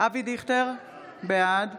אבי דיכטר, בעד